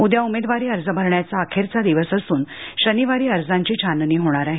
उद्या उमेदवारी अर्ज भरण्याचा अखेरचा दिवस असून शनिवारी अर्जाची छाननी होणार आहे